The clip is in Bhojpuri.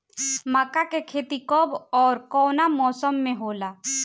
मका के खेती कब ओर कवना मौसम में होला?